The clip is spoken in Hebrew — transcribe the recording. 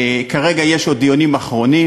כרגע יש עוד דיונים אחרונים.